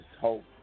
hope